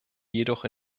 jedoch